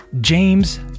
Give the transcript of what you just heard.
James